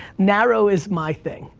narrow is my thing,